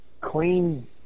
clean